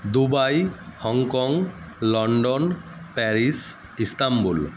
Dubai Hong Kong London Paris Istanbul